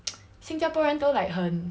新加坡人都 like 很